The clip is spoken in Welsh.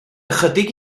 ychydig